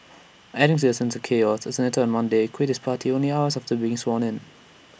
adding to the sense of chaos A senator on Monday quit his party only hours after being sworn in